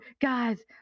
guys